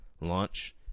Launch